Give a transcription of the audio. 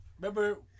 remember